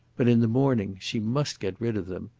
but in the morning she must get rid of them,